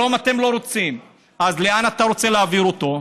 שלום אתם לא רוצים, אז לאן אתה רוצה להעביר אותו,